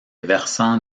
versants